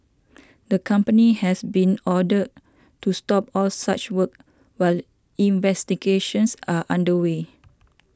the company has been ordered to stop all such work while investigations are under way